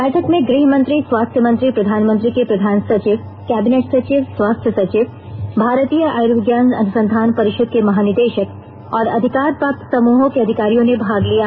बैठक में गृहमंत्री स्वास्थ्य मंत्री प्रधानमंत्री के प्रधान सचिव कैबिनेट सचिव स्वास्थ्य सचिव भारतीय आयुर्विज्ञान अनुसंधान परिषद के महानिदेशक और अधिकार प्राप्त समूहों के अधिकारियों ने भाग लिया